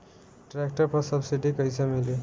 Tractor पर subsidy कैसे मिली?